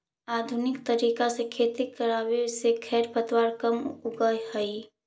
आधुनिक तरीका से खेती करवावे से खेर पतवार कम उगह हई